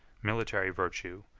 military virtue,